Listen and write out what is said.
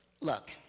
look